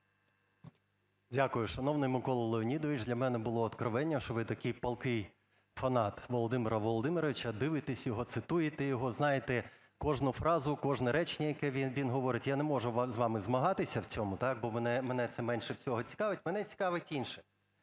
Дякую. Шановний Миколо Леонідович, для мене було одкровення, що ви такий палкий фанат Володимира Володимировича, дивитесь його, цитуєте його, знаєте кожну фразу, кожне речення, яке він говорить. Я не можу з вами змагатися в цьому, бо мене це менше всього цікавить. Мене цікавить інше.